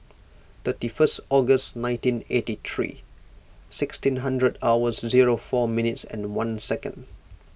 thirty first August nineteen eighty three sixteen hundred hours zero four minutes and one second